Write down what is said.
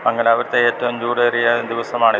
മംഗലാപുരത്തെ ഏറ്റവും ചൂടേറിയ ദിവസമാണിത്